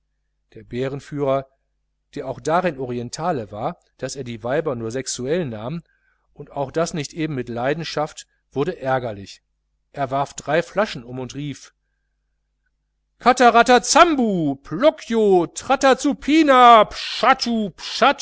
der bärenführer der auch darin orientale war daß er die weiber nur sexuell nahm und auch das nicht eben mit leidenschaft wurde ärgerlich er warf drei flaschen um und rief